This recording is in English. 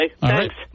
Thanks